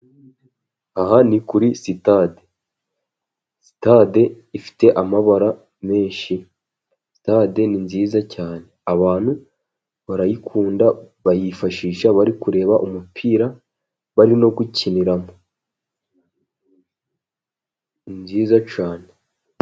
Aha ni kuri sitade, sitade ifite amabara menshi, stade ni nziza cyane, abantu barayikunda bayifashisha bari kureba umupira, bari no gukiniramo ni nziza cyane.